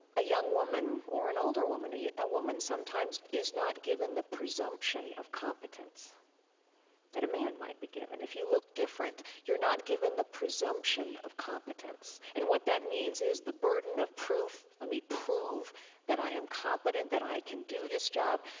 a young woman, or an older woman, a ah woman sometimes is not given the presumption of competence that a man might be given. if you look different, you're not given the presumption of competence and what that means is the burden of proof, let me prove that i am competent, that i can do this job,